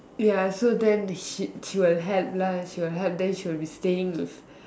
ya so then she she will help lah she will help then she will be staying with